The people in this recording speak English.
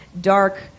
dark